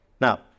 Now